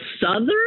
Southern